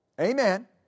Amen